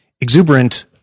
exuberant